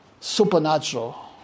supernatural